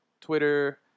Twitter